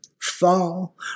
fall